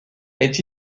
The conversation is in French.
est